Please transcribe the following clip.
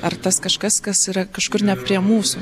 ar tas kažkas kas yra kažkur ne prie mūsų